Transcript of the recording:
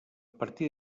partir